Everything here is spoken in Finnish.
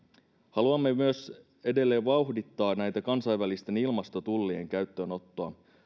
haluamme myös edelleen vauhdittaa kansainvälisten ilmastotullien käyttöönottoa